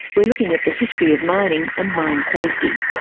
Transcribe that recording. we're looking at the history of mining and mine safety.